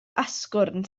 asgwrn